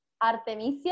Artemisia